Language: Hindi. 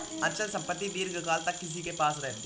अचल संपत्ति दीर्घकाल तक किसी के पास रहती है